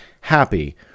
happy